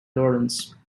lawrence